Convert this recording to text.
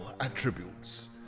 attributes